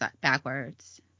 backwards